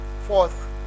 fourth